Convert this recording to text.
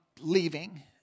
leaving